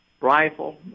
rifle